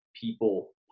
people